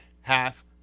half